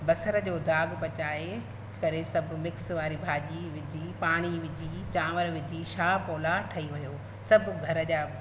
बसर जो दागु पचाए करे सभु मिक्स वारी भाॼी विझी पाणी विझी चांवर विझी छा पुलाउ ठही वियो सभु घर जा